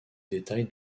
détail